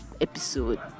episode